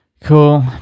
cool